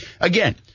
Again